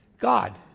God